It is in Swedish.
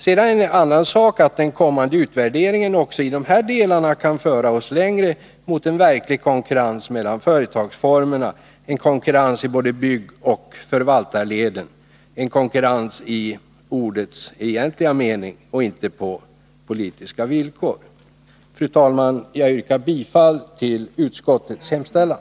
Sedan är det en annan sak att den kommande utvärderingen också i de här delarna kan föra oss längre — mot en verklig konkurrens mellan företagsformerna, en konkurrens i både byggoch förvaltarleden, en konkurrens i ordets egentliga mening och inte på politiska villkor. Fru talman! Jag yrkar bifall till utskottets hemställan.